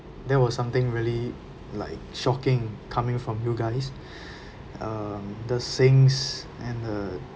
that was something really like shocking coming from you guys um the sinks and the